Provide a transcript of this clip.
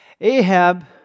Ahab